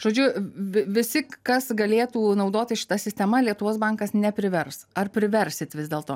žodžiu vi vi visi kas galėtų naudotis šita sistema lietuvos bankas neprivers ar priversit vis dėlto